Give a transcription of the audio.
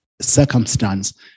circumstance